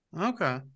Okay